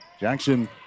Jackson